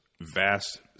vast